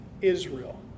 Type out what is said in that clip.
Israel